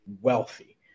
wealthy